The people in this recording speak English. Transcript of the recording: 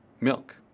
milk